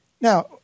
Now